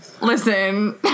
Listen